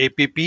app